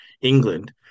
England